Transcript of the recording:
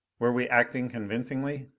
were we acting convincingly?